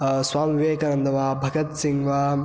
स्वामि विवेकानन्दः वा भगत्सिङ्ग् वा